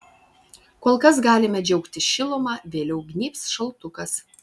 kol kas galime džiaugtis šiluma vėliau gnybs šaltukas